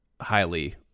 highly